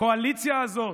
הקואליציה הזאת,